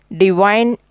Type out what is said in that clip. divine